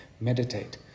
meditate